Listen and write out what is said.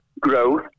growth